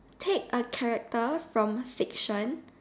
take a character from fiction